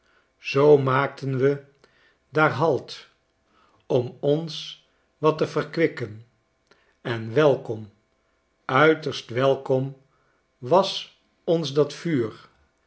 zoo maakten we daar halt om ons wat te verkwikken en welkom uiterst welkom was ons dat vuur